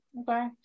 okay